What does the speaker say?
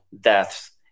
deaths